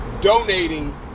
donating